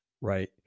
Right